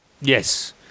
yes